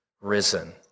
risen